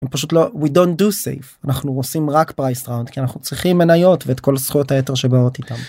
פשוט לא we don't do safe אנחנו עושים רק פרייסט ראונד כי אנחנו צריכים מנהיות ואת כל הזכויות היתר שבאות איתם.